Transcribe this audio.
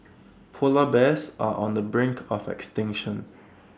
Polar Bears are on the brink of extinction